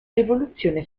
rivoluzione